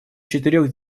четырех